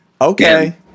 Okay